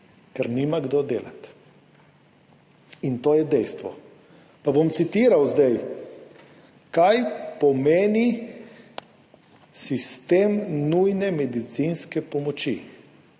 ker nima kdo delati, in to je dejstvo. Pa bom citiral zdaj, kaj pomeni sistem nujne medicinske pomoči: